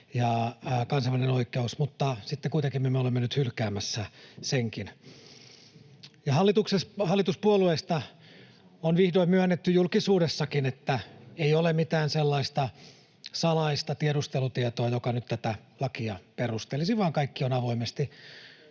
ja kansainvälinen oikeus, mutta sitten kuitenkin me olemme nyt hylkäämässä senkin. Hallituspuolueista on vihdoin myönnetty julkisuudessakin, että ei ole mitään sellaista salaista tiedustelutietoa, joka nyt tätä lakia perustelisi, vaan kaikki on avoimesti...